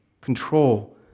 control